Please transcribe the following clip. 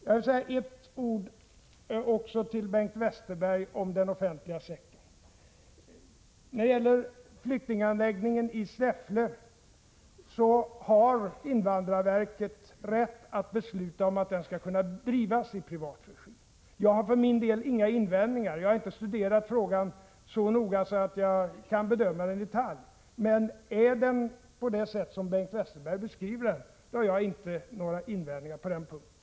Jag vill också säga några ord till Bengt Westerberg om den offentliga sektorn. När det gäller flyktinganläggningen i Säffle har invandrarverket rätt att besluta om att den skall kunna drivas i privat regi. Jag har inte studerat frågan så noga att jag kan bedöma den i detalj. Men ligger den till så som Bengt Westerberg beskriver den, har jag inte några invändningar på den punkten.